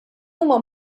huma